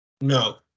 No